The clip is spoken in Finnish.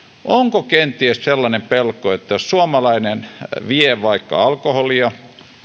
onko kenties sellainen pelko että suomalainen vie vaikka alkoholia